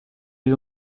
les